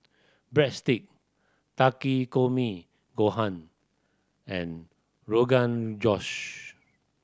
Breadstick Takikomi Gohan and Rogan Josh